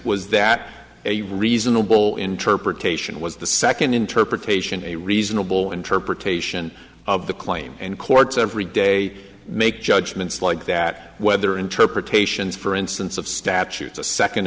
was that a reasonable interpretation was the second interpretation a reasonable interpretation of the claim and courts every day make judgments like that whether interpretations for instance of statutes a second